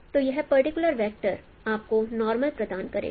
तो यह particular vector आपको नॉर्मल प्रदान करेगा